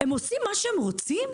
הם עושים מה שהם רוצים?